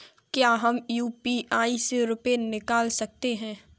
क्या हम यू.पी.आई से रुपये निकाल सकते हैं?